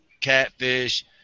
catfish